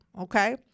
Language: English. Okay